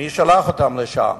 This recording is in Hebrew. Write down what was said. מי שלח אותם לשם?